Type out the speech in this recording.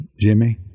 Jimmy